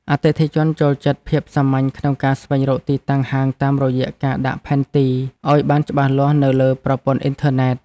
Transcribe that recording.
អតិថិជនចូលចិត្តភាពសាមញ្ញក្នុងការស្វែងរកទីតាំងហាងតាមរយៈការដាក់ផែនទីឱ្យបានច្បាស់លាស់នៅលើប្រព័ន្ធអ៊ីនធឺណិត។